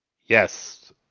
Yes